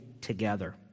together